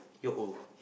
you're old